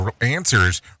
answers